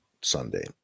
Sunday